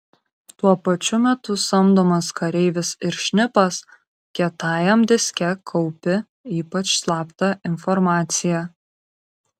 tuo pačiu metu samdomas kareivis ir šnipas kietajam diske kaupi ypač slaptą informaciją